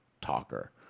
talker